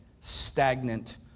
stagnant